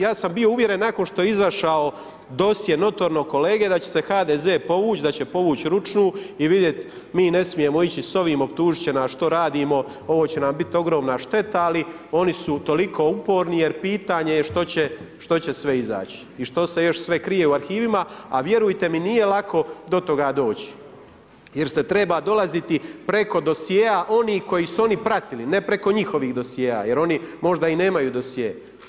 Ja sam bio uvjeren nakon što je izašao dosje notornog kolege da će HDZ povući, da će povući ručnu i vidjeti mi ne smijemo ići sa ovim, optužit će nas što radimo, ovo će nam biti ogromna šteta, ali oni su toliko uporni jer pitanje je što će sve izaći i što se još sve krije u arhivima a vjerujte mi, nije lako do toga doći jer se treba dolaziti preko dosjea onih koji su oni pratili ne preko njihovih dosjea jer oni možda i nemaju dosjee.